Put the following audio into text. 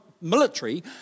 military